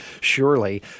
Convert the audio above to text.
Surely